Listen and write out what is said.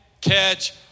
catch